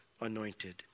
anointed